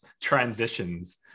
transitions